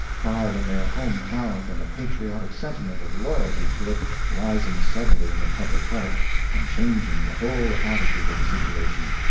pride in their home talent and a patriotic sentiment of loyalty to it rising suddenly in the public heart and changing the whole attitude of the situation.